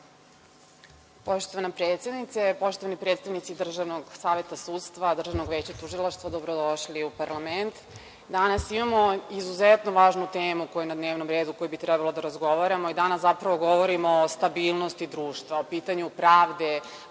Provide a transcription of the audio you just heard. Poštovana predsednice, poštovani predstavnici Držanog saveta sudstva, Državnog veća tužilaca, dobrodošli u parlament. Danas imamo izuzetno važnu temu koja je na dnevnom redu o kojoj bi trebalo da razgovaramo i danas zapravo govorimo o stabilnosti društva, o pitanju pravde,